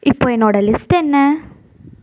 இப்போது என்னோட லிஸ்ட் என்ன